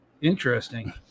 Interesting